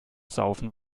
saufen